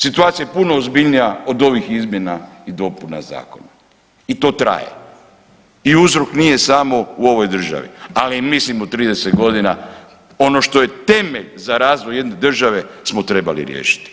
Situacija je puno ozbiljnija od ovih izmjena i dopuna zakona i to traje i uzrok nije samo u ovoj državi, ali mislim u 30.g. ono što je temelj za razvoj jedne države smo trebali riješiti.